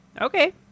Okay